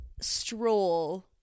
Stroll